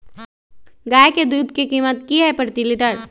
गाय के दूध के कीमत की हई प्रति लिटर?